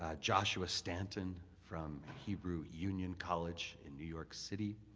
ah joshua stanton from hebrew union college in new york city.